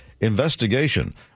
investigation